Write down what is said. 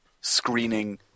screening